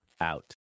out